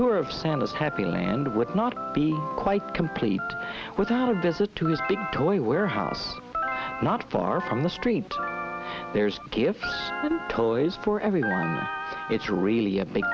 tour of sandals happyland would not be quite complete without a visit to his big toy warehouse not far from the street there's gift tours for everyone it's really a big